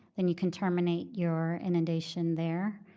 then you can terminate your inundation there.